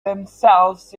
themselves